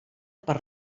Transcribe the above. per